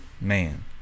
Man